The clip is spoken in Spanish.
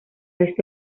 este